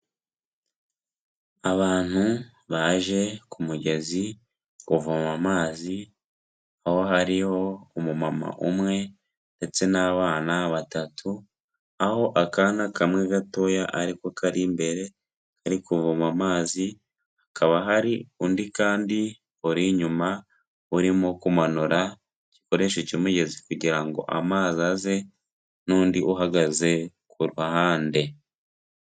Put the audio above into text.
Abantu baje ku mugezi kuvoma amazi, aho hariho umumama umwe ndetse n'abana batatu, aho akana kamwe gatoya ari ko kari imbere, kari kuvoma amazi, hakaba hari undi kandi, uri inyuma urimo kumanura igikoresho cy'umugezi kugira ngo amazi aze n'undi uhagaze ku ruhande.